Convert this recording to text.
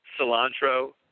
cilantro